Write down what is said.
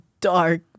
Dark